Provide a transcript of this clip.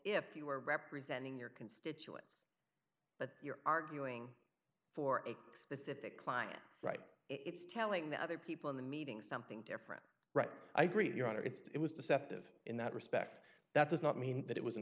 if you are representing your can stay but you're arguing for a specific line right it's telling the other people in the meeting something different right i grieve your honor it's it was deceptive in that respect that does not mean that it was an